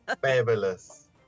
fabulous